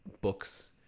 books